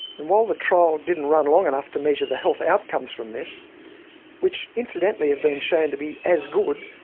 and while the trial didn't run long enough to measure the health outcomes from this which incidentally have been shown to be as good,